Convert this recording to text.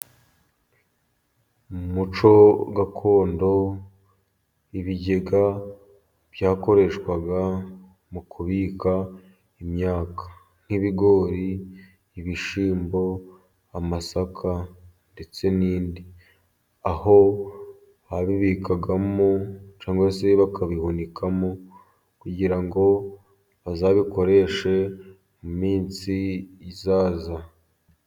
Mu muco gakondo ,ibigega byakoreshwaga mu kubika imyaka nk'ibigori ,ibishyimbo ,amasaka ndetse n'indi Aho babibikagamo cyangwa se bakabihunikamo kugira ngo bazabikoreshe mu minsi izaza.